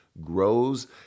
grows